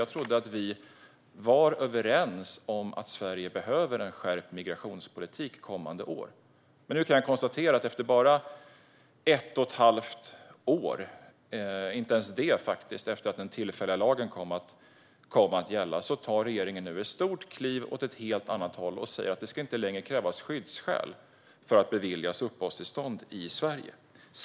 Jag trodde att vi var överens om att Sverige behöver en skärpt migrationspolitik kommande år. Men nu tar regeringen, mindre än ett och ett halvt år efter att den tillfälliga lagen kom att gälla, ett stort kliv åt ett helt annat håll och säger att det inte längre ska krävas skyddsskäl för att beviljas uppehållstillstånd i Sverige.